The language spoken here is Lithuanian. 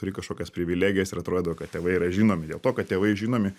turi kažkokias privilegijas ir atrodydavo kad tėvai yra žinomi dėl to kad tėvai žinomi